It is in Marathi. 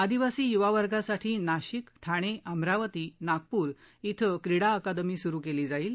आदिवासी युवावर्गासाठी नाशिक ठाणे अमरावती नागपूर इथं क्रीडा अकादमी सुरू केली जाईल